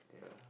yeah